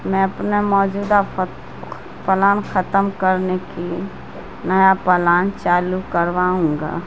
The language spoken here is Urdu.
میں اپنے موجودہ پلان ختم کرنے کی نیا پلان چالو کرواؤں گا